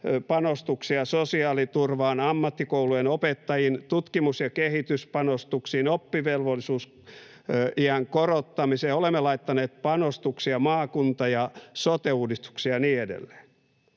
panostuksia sosiaaliturvaan, ammattikoulujen opettajiin, tutkimus- ja kehityspanostuksiin, oppivelvollisuusiän korottamiseen, olemme laittaneet panostuksia maakunta- ja sote-uudistuksiin ja niin edelleen.